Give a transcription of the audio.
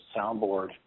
soundboard